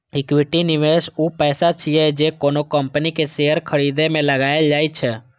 equity निवेश ऊ पैसा छियै, जे कोनो कंपनी के शेयर खरीदे मे लगाएल जाइ छै